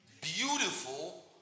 beautiful